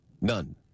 None